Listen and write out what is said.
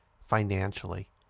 financially